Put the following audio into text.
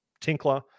Tinkler